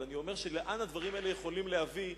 אבל אני אומר לאן הדברים האלה יכולים להוביל,